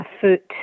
foot